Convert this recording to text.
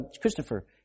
Christopher